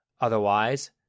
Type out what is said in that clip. Otherwise